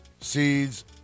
seeds